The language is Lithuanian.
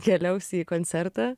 keliausi į koncertą